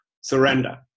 surrender